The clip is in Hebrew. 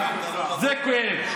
זה כואב.